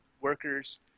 workers